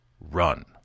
run